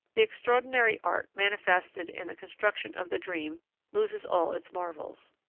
the extraordinary art manifested in the construction of the dream loses all its marvels.